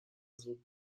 زود